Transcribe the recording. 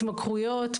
התמכרויות,